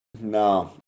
No